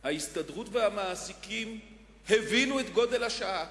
ההסתדרות והמעסיקים הבינו את גודל השעה,